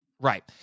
Right